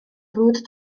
frwd